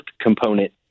component